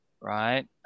right